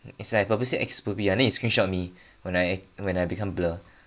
it's like purposely exclude me I know you screenshot me when I when I become blur